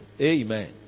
Amen